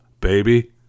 Baby